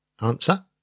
Answer